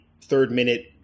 third-minute